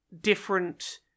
different